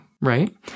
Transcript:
right